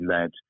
led